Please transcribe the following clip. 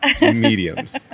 mediums